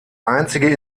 einzige